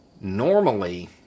Normally